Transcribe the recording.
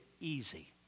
easy